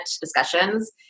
discussions